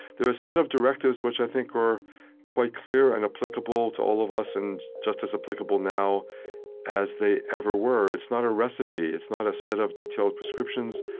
they're a set of directives which i think are quite clear and applicable to all of us and just as applicable now as they ever were. it's not a recipe. it's not a set of detailed prescriptions,